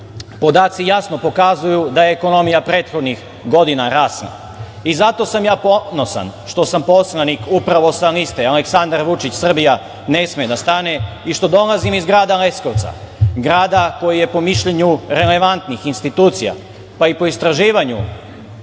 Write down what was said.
Podaci jasno pokazuju da je ekonomija prethodnih godina rasla i zato sa ja ponosan što sam poslanik upravo sa liste Aleksandar Vučić – Srbija ne sme da stane i što dolazim iz grada Leskovca, grada koji je, po mišljenju relevantnih institucija, pa i po istraživanju